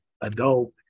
adult